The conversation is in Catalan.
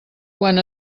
quan